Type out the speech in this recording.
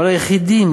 אבל היחידים,